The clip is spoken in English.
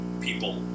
people